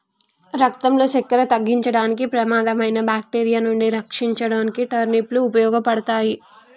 రక్తంలో సక్కెర తగ్గించడానికి, ప్రమాదకరమైన బాక్టీరియా నుండి రక్షించుకోడానికి టర్నిప్ లు ఉపయోగపడతాయి